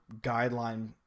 guideline